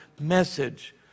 message